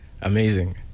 Amazing